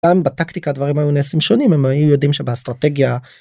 בטקטיקה דברים היו נעשים שונים הם היו יודעים שבאסטרטגיה.